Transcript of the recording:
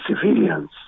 civilians